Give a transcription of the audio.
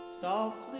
softly